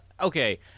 okay